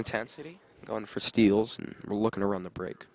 intensity going for steals and looking around the break